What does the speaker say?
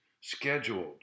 scheduled